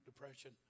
depression